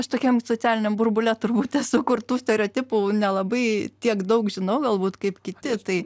aš tokiam socialiniam burbule turbūt esu kur tų stereotipų nelabai tiek daug žinau galbūt kaip kiti tai